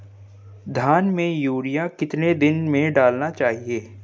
धान में यूरिया कितने दिन में डालना चाहिए?